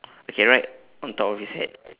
okay right on top of his head